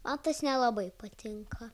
mas tas nelabai patinka